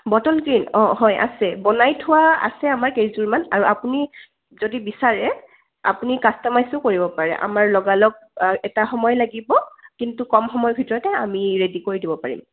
bottle green অঁ হয় আছে বনাই থোৱা আছে আমাৰ কেইযোৰমান আৰু আপুনি যদি বিচাৰে আপুনি কাষ্টমাইজো কৰিব পাৰে আমাৰ লগালগ এটা সময় লাগিব কিন্তু কম সময়ৰ ভিতৰতে আমি ৰেডি কৰি দিব পাৰিম